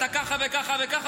אתה ככה וככה.